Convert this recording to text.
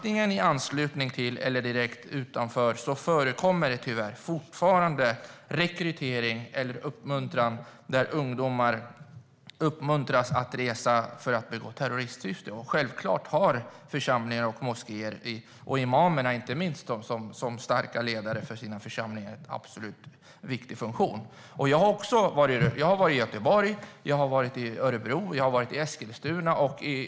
I anslutning till dem eller direkt utanför dem förekommer det tyvärr fortfarande rekrytering eller uppmuntran. Ungdomar uppmuntras att resa i terroristsyfte. Självklart har församlingar och moskéer och inte minst imamerna, som starka ledare för sina församlingar, en viktig funktion. Jag har varit i Göteborg. Jag har varit i Örebro. Jag har varit i Eskilstuna.